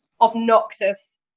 obnoxious